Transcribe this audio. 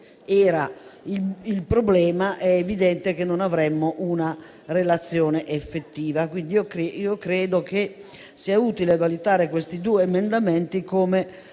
creava il problema, è evidente che non avremmo una relazione effettiva. Credo quindi che sia utile valutare questi due emendamenti per